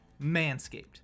Manscaped